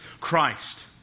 Christ